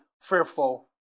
fearful